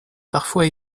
parfois